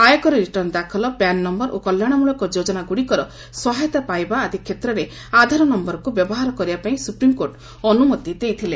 ଆୟକର ରିଟର୍ଣ୍ଣ ଦାଖଲ PAN number ଓ କଲ୍ୟାଣମୂଳକ ଯୋଜନା ଗୁଡ଼ିକର ସହାୟତା ପାଇବା ଆଦି କ୍ଷେତ୍ରରେ ଆଧାର ନମ୍ଘରକୁ ବ୍ୟବହାର କରିବା ପାଇଁ ସୁପ୍ରିମକୋର୍ଟ ଅନୁମତି ଦେଇଥିଲେ